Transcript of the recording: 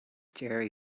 gerry